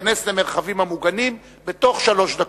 להתכנס למרחבים המוגנים בתוך שלוש דקות.